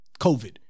COVID